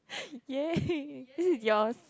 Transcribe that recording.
!yay! this is yours